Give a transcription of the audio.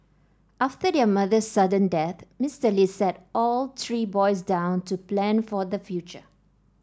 after their mother's sudden death Mister Li sat all three boys down to plan for the future